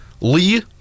Lee